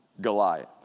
Goliath